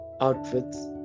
outfits